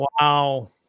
wow